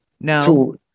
no